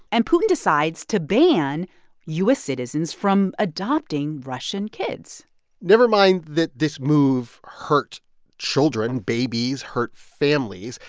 and putin decides to ban u s. citizens from adopting russian kids never mind that this move hurt children, babies hurt families.